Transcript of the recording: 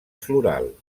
floral